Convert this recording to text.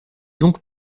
donc